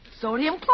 sodium